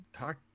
talk